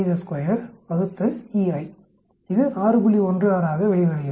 16 ஆக வெளிவருகிறது